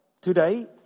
today